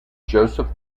joseph